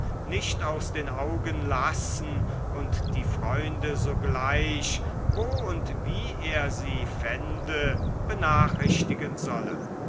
nicht aus den augen lassen und die freunde sogleich wo und wie er sie fände benachrichtigen solle